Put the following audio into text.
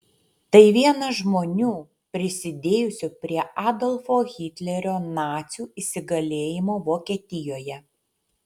tai vienas žmonių prisidėjusių prie adolfo hitlerio nacių įsigalėjimo vokietijoje